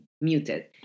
muted